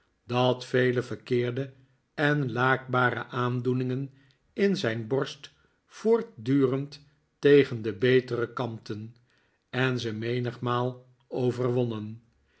dat vele verkeerde en laakbare aandoeningen in zijn borst voortdurend tegen de betere kampten en ze menigmaal overwonnen